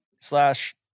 slash